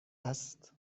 است